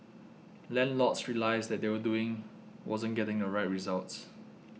landlords realised that what they were doing wasn't getting the right results